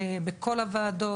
בכל הוועדות,